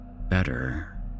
Better